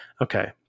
Okay